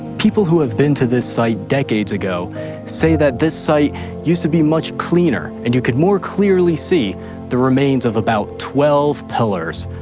people who have been to this site decades ago say that this site used to be much cleaner and you could more clearly see the remains of about twelve pillars,